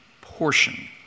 portion